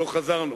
לא חזרנו.